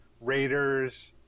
Raiders